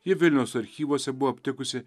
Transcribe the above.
ji vilniaus archyvuose buvo aptikusi